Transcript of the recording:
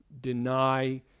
Deny